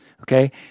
Okay